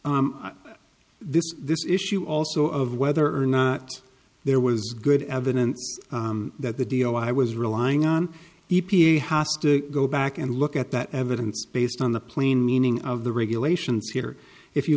rabbit this this issue also of whether or not there was good evidence that the dio i was relying on e p a has to go back and look at that evidence based on the plain meaning of the regulations here if you